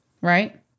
right